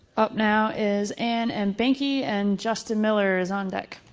up now is ann and binky and justin miller is on deck.